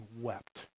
wept